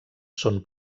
són